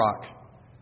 rock